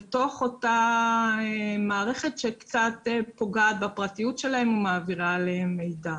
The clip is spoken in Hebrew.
בתוך אותה מערכת שקצת פוגעת בפרטיות שלהם ומעבירה עליהם מידע.